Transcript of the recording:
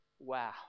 Wow